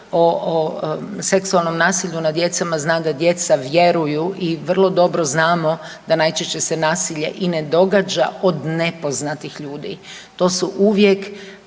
o seksualnom nasilju nad djecom zna da djeca vjeruju i vrlo dobro znamo da najčešće se nasilje i ne događa od nepoznatih ljudi. To su uvijek